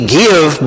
give